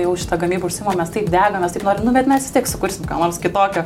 jau šita gamyba užsiimam mes taip degam mes taip norim nu bet mes vis tiek sukursim ką nors kitokio